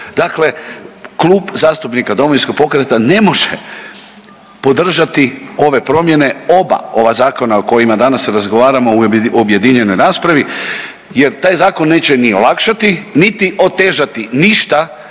Dakle, Klub zastupnika Domovinskog pokreta ne može podržati ove promjene oba ova zakona o kojima danas razgovaramo u objedinjenoj raspravi jer taj zakon neće niti olakšati niti otežati ništa